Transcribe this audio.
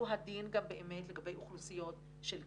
הוא הדין גם באמת לגבי אוכלוסיות של קשישים,